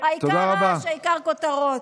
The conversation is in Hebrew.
העיקר רעש, העיקר כותרות.